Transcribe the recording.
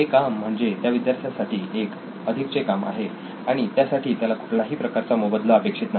हे काम म्हणजे त्या विद्यार्थ्यासाठी एक अधिकचे काम आहे आणि त्यासाठी त्याला कुठल्याही प्रकारचा मोबदला अपेक्षित नाही